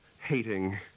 hating